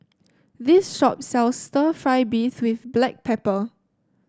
this shop sells stir fry beef with Black Pepper